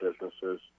businesses